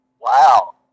Wow